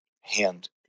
hand